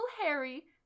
Harry